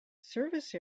service